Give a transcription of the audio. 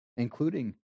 including